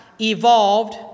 evolved